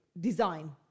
design